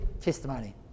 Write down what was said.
testimony